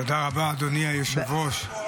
תודה רבה, אדוני היושב-ראש.